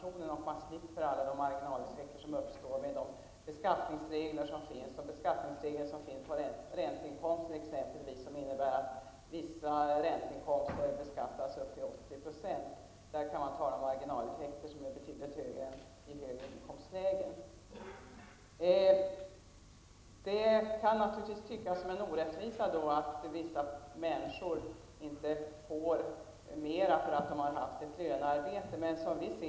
Man slipper då alla marginaleffekter som uppstår med de beskattningsregler som finns om t.ex. ränteinkomster, vilka innebär att vissa ränteinkomster beskattas upp till 80 %. Där kan man tala om marginaleffekter som är betydligt starkare i högre inkomstlägen! Att vissa människor inte får mera för sitt lönearbete kan naturligtvis te sig som en orättvisa.